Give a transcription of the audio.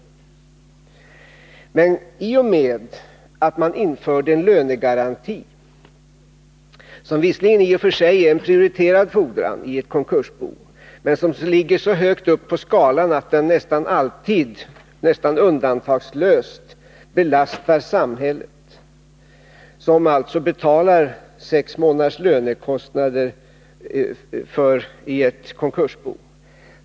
Men i och med att man införde en lönegaranti blev konkurserna ofta väldigt dyrbara för samhället. Lönekostnaden är visserligen i och för sig en prioriterad fordran i ett konkursbo, men den ligger så högt upp på skalan att den nästan undantagslöst belastar samhället, som alltså betalar sex månaders lönekostnader i ett konkursbo.